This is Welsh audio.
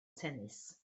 tennis